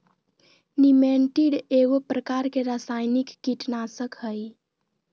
निमेंटीड एगो प्रकार के रासायनिक कीटनाशक हइ